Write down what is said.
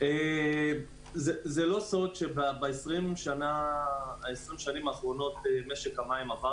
זה לא סוד שב-20 השנים האחרונות משק המים עבר